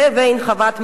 לבין חוות "מזור",